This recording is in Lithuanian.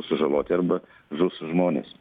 sužaloti arba žus žmonės